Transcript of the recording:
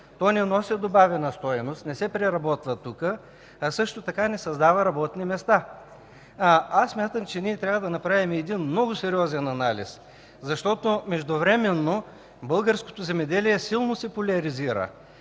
То не носи добавена стойност, не се преработва тук, а също така не създава работни места. Смятам, че трябва да направим много сериозен анализ, защото междувременно българското земеделие силно се поляризира.